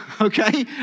okay